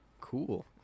Cool